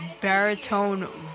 baritone